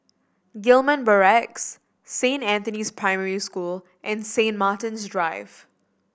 Gillman Barracks Saint Anthony's Primary School and Saint Martin's Drive